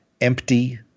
empty